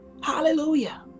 Hallelujah